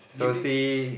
so see